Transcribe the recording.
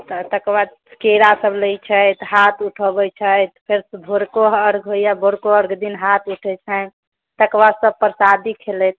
तकरबाद केलासब लै छथि हाथ उठाबै छथि फेर भोरको अर्घ होइया भोरको अर्घ दिन हाथ उठै छैन्ह तकरबाद सब प्रसादी खेलथि